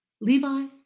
Levi